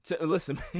listen